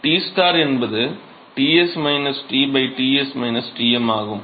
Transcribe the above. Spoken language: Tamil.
T என்பது Ts T Ts Tm ஆகும்